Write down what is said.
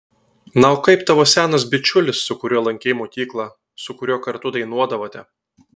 na o kaip tavo senas bičiulis su kuriuo lankei mokyklą su kuriuo kartu dainuodavote